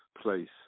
place